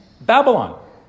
Babylon